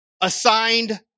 assigned